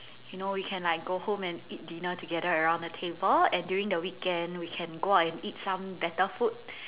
you know you can like go home and eat dinner together around the table and during the weekend we can go out and eat some better food